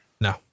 No